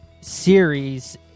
series